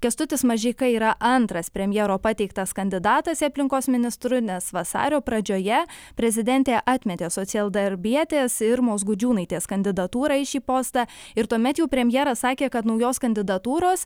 kęstutis mažeika yra antras premjero pateiktas kandidatas į aplinkos ministru nes vasario pradžioje prezidentė atmetė socialdarbietės irmos gudžiūnaitės kandidatūrą į šį postą ir tuomet jau premjeras sakė kad naujos kandidatūros